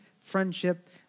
friendship